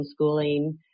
homeschooling